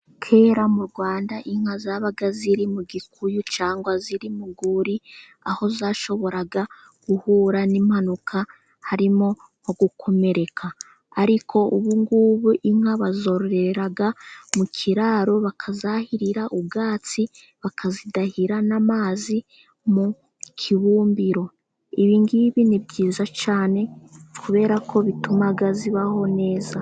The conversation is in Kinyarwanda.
Kera mu Rwanda inka zabaga ziri mu gikuyu cyangwa ziri mu rwuri, aho zashoboraga guhura n'impanuka harimo nko gukomereka. Ariko ubu ngubu inka bazororera mu kiraro, bakazahirira ubwatsi, bakazidahira n'amazi mu kibumbiro. Ibi ngibi ni byiza cyane kubera ko bituma zibaho neza.